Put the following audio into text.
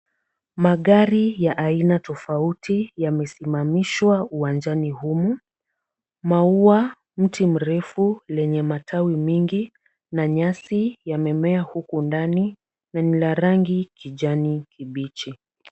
Magari ya ana tofauti yamesimamishwa uwanjani humu. Maua, mti mrefu lenye matawi mingi na nyasi yamemea huku ndani na ni la rangi kijani kibichi.